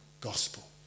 gospel